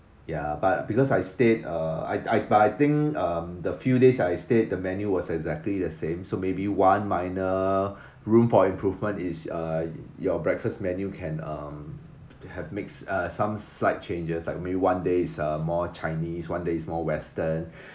ya but because I stayed uh I I but I think um the few days I stayed the menu was exactly the same so maybe one minor room for improvement is uh your breakfast menu can uh have makes uh some slight changes like may be one day is uh more chinese one day is more western